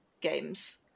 games